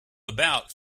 about